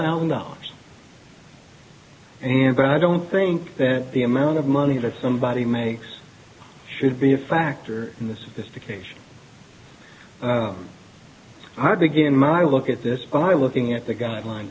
thousand dollars and i don't think that the amount of money that somebody makes should be a factor in the sophistication i begin my look at this by looking at the guideline